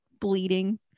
bleeding